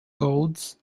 golds